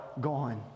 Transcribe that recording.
gone